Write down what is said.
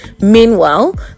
Meanwhile